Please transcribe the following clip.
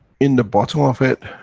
in the bottom of it,